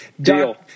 deal